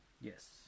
yes